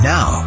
Now